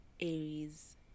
Aries